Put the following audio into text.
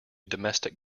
domestic